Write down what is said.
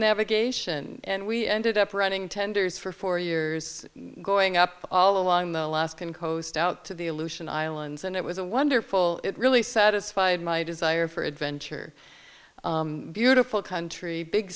navigation and we ended up running tenders for four years going up all along the alaskan coast out to the aleutian islands and it was a wonderful really satisfied my desire for adventure beautiful country big